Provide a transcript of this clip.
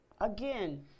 Again